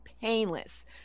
painless